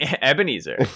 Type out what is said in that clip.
ebenezer